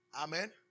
Amen